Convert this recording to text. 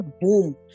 boom